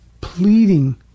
pleading